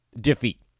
defeat